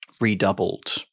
redoubled